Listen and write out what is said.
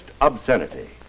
obscenity